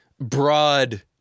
broad